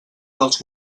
dels